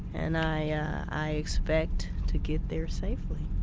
and i i expect to get there safely.